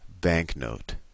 Banknote